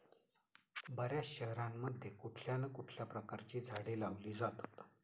बर्याच शहरांमध्ये कुठल्या ना कुठल्या प्रकारची झाडे लावली जातात